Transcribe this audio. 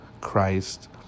Christ